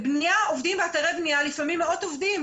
בבנייה עובדים באתרי בנייה לפעמים מאות עובדים.